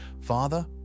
Father